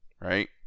right